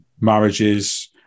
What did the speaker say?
marriages